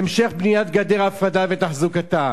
המשך בניית גדר הפרדה ותחזוקתה,